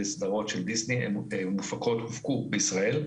אלה סדרות של דיסני שהופקו בישראל.